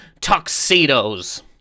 tuxedos